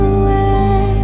away